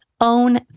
own